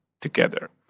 together